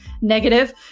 negative